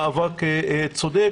זה מאבק צודק.